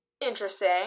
interesting